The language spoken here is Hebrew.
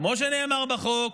כמו שנאמר בחוק,